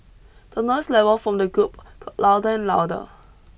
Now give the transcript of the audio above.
the noise level from the group got louder and louder